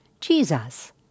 jesus